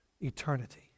eternity